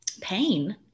pain